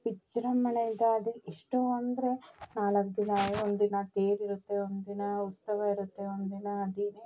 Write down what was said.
ವಿಜೃಂಭಣೆಯಿಂದ ಅದು ಎಷ್ಟೋ ಅಂದರೆ ನಾಲ್ಕು ದಿನ ಒಂದು ದಿನ ತೇರಿರುತ್ತೆ ಒಂದು ದಿನ ಉತ್ಸವ ಇರುತ್ತೆ ಒಂದು ದಿನ